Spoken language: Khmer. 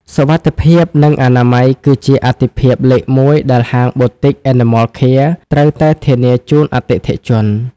សុវត្ថិភាព និងអនាម័យគឺជាអាទិភាពលេខមួយដែលហាង Boutique Animal Care ត្រូវតែធានាជូនអតិថិជន។